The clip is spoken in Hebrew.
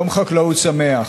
יום חקלאות שמח.